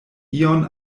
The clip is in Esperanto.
ion